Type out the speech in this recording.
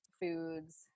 foods